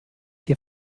hier